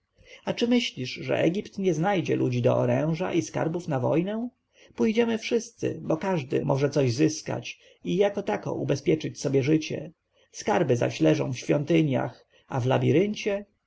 a czy myślisz że egipt nie znajdzie ludzi do oręża i skarbów na wojnę pójdziemy wszyscy bo każdy może coś zyskać i jako tako ubezpieczyć sobie życie skarby zaś leżą w świątyniach a w